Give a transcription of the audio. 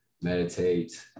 meditate